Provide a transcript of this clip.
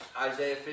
Isaiah